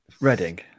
Reading